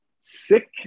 Sick